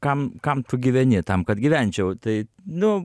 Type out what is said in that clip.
kam kam tu gyveni tam kad gyvenčiau tai nu